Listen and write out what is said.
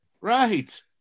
Right